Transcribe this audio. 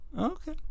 okay